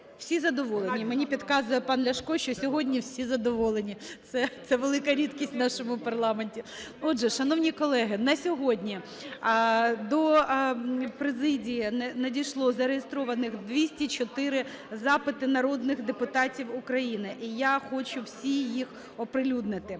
Всі задоволені. Мені підказує пан Ляшко, що сьогодні всі задоволені, це велика рідкість в нашому парламенті. Отже, шановні колеги, на сьогодні до президії надійшло зареєстрованих 204 запити народних депутатів України, і я хочу всі їх оприлюднити.